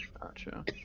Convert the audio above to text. Gotcha